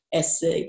SC